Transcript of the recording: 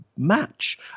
Match